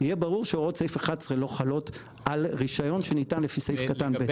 שהוראות סעיף 11 לא חלות על רישיון שניתן לפי סעיף קטן (ב).